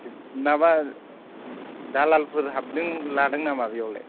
माबा दालालफोर हाबदों लादों नामा बेयावलाय